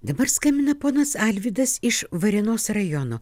dabar skambina ponas alvydas iš varėnos rajono